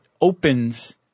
opens